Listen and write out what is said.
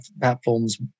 platforms